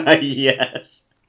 yes